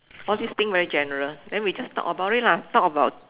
all these thing very general then we just talk about it lah talk about